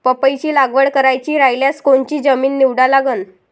पपईची लागवड करायची रायल्यास कोनची जमीन निवडा लागन?